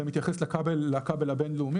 זה מתייחס לכבל הבינלאומי,